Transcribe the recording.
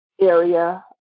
area